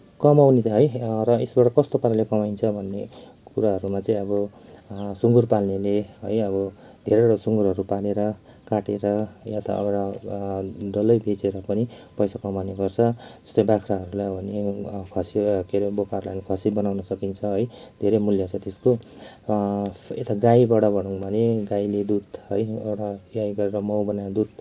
कमाउने त है र यसबाट कस्तो खाले कमाइन्छ भन्ने कुराहरूमा चाहिँ अब सुँगुर पाल्नेले है अब धेरैवटा सुँगुरहरू पालेर काटेर या त अब डल्लै बेचेर पनि पैसा कमाउने गर्छ जस्तै बाख्राहरूलाई हो भने खसीहरूलाई के अरे बोकाहरूलाई खसी बनाउन सकिन्छ है धेरै मूल्य छ त्यसको यता गाईबाट भनोँ भने गाईले दुध है एउटा गाईबाट मल नाइ त दुध